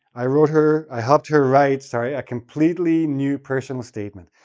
i wrote her i helped her write, sorry, a completely new personal statement,